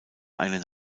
einen